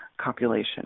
copulation